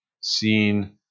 seen